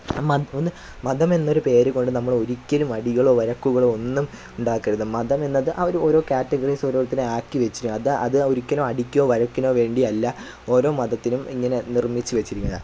മ ഒന്ന് മതം എന്നൊരു പേരുകൊണ്ട് നമ്മൾ ഒരിക്കലും അടികളോ വഴക്കുകളോ ഒന്നും ഉണ്ടാക്കരുത് മതം എന്നത് അവർ ഓരോ കാറ്റഗറീസ് ഓരോരുത്തർ ആക്കി വെച്ച് അത് ഒരിക്കലും അടിക്കോ വഴക്കിനോ വേണ്ടിയല്ല ഓരോ മതത്തിലും ഇങ്ങനെ നിർമ്മിച്ച് വെച്ചിരിക്കുന്നത്